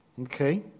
Okay